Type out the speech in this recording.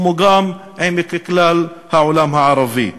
כמו גם עם כלל העולם הערבי,